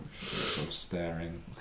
Staring